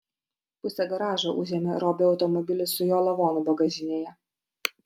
pusę garažo užėmė robio automobilis su jo lavonu bagažinėje